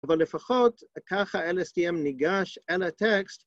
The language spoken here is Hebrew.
אבל לפחות ככה LSTM ניגש אל הטקסט.